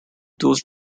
those